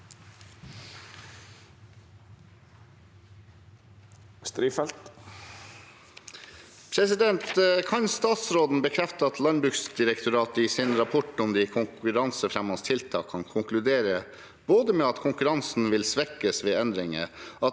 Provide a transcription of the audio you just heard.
«Kan statsrå- den bekrefte at Landbruksdirektoratet i sin rapport om de konkurransefremmende tiltakene konkluderer både med at konkurransen vil svekkes ved endringer,